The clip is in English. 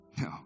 No